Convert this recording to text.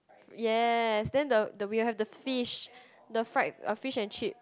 yes then the the we will have the fish the fried the fish and chips